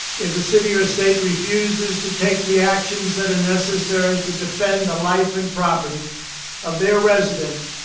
if a city or state refuses to take the actions that are necessary to defend the life and property of their residents,